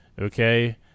okay